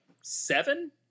seven